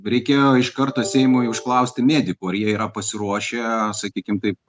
reikėjo iš karto seimui užklausti medikų ar jie yra pasiruošę sakykim taip